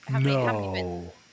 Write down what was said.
No